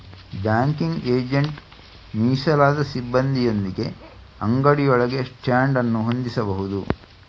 banking agent ಮೀಸಲಾದ ಸಿಬ್ಬಂದಿಯೊಂದಿಗೆ ಅಂಗಡಿಯೊಳಗೆ ಸ್ಟ್ಯಾಂಡ್ ಅನ್ನು ಹೊಂದಿಸಬಹುದು